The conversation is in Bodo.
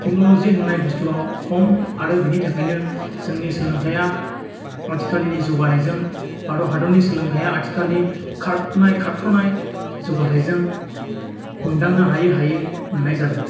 टेकन'लजि होननाय बस्थुआव खम आरो बेनि थाखायनो जोंनि सोलोंथाइया आथिखालनि जौगानायजों भारत हादरनि सोलोंथाइया आथिखालनि खारनाय खारफुनाय जौगाथाइजों हमदांनो हायि हायि मोननाय जादों